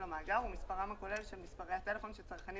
למאגר ומספרם הכולל של מספרי הטלפון שצרכנים